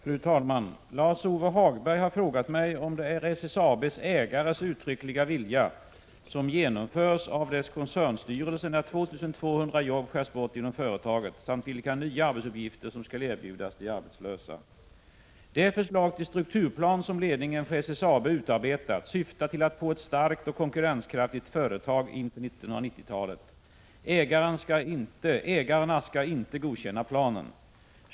Fru talman! Lars-Ove Hagberg har frågat mig om det är SSAB:s ägares uttryckliga vilja som genomförs av dess koncernstyrelse när 2 200 jobb skärs bort inom företaget, samt vilka nya arbetsuppgifter som skall erbjudas de arbetslösa. Det förslag till strukturplan som ledningen för SSAB utarbetat syftar till att få ett starkt och konkurrenskraftigt företag inför 1990-talet. Ägarna skall inte godkänna planen.